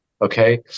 okay